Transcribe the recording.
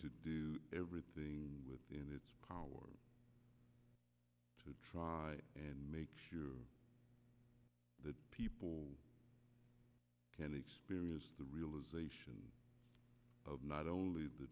to do everything in its power to try and make sure the people can experience the realization of not only the